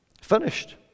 Finished